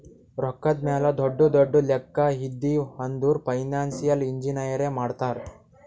ರೊಕ್ಕಾದ್ ಮ್ಯಾಲ ದೊಡ್ಡು ದೊಡ್ಡು ಲೆಕ್ಕಾ ಇದ್ದಿವ್ ಅಂದುರ್ ಫೈನಾನ್ಸಿಯಲ್ ಇಂಜಿನಿಯರೇ ಮಾಡ್ತಾರ್